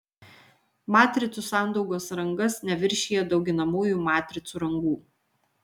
matricų sandaugos rangas neviršija dauginamųjų matricų rangų